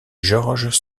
georges